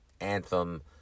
Anthem